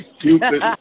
Cupid